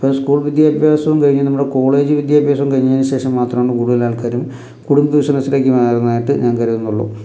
ഇപ്പം സ്കൂൾ വിദ്യാഭ്യാസം കഴിഞ്ഞു നമ്മുടെ കോളേജ് വിദ്യാഭ്യാസം കഴിഞ്ഞതിന് ശേഷം മാത്രമാണ് കൂടുതൽ ആൾക്കാരും കുടുംബ ബിസനസ്സിലേക്ക് മാറുന്നതായിട്ട് ഞാൻ കരുതുന്നുള്ളൂ